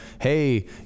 hey